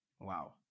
wow